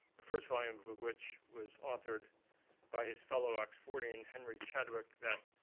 the first volume of of which was authored by his fellow oxfordian henry chadwick that,